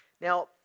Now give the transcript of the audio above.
Now